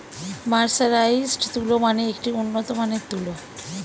mercerised তুলো মানে একটি উন্নত মানের তুলো